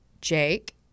Jake